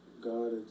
God